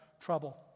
trouble